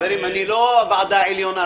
אני לא הוועדה העליונה.